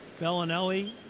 Bellinelli